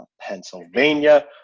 Pennsylvania